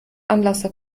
anlasser